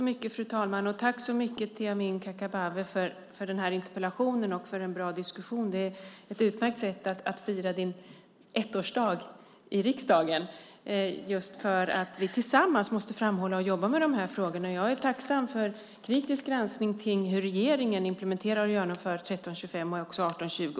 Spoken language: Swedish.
Fru talman! Jag vill tacka Amineh Kakabaveh så mycket för interpellationen och för en bra diskussion. Det är ett utmärkt sätt att fira din ettårsdag i riksdagen! Vi måste tillsammans framhålla de här frågorna och jobba med dem, och jag är tacksam för kritisk granskning av hur regeringen implementerar och genomför 1325 och även 1820.